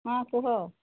ହଁ କୁହ